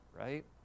right